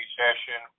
session